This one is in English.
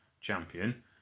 champion